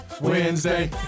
Wednesday